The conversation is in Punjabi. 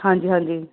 ਹਾਂਜੀ ਹਾਂਜੀ